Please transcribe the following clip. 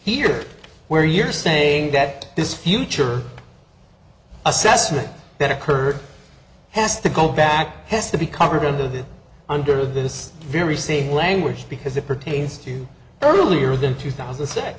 here where you're saying that this future assessment that occurred has to go back has to be covered under the under this very same language because it pertains to earlier than two thousand a